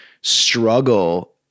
struggle